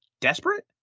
desperate